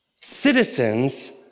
citizens